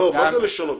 לא, מה זה לשנות?